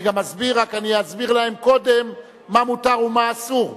אני רק אסביר להם קודם מה מותר ומה אסור,